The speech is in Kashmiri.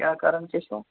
کیٛاہ کران کیٛاہ چھُو